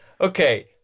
okay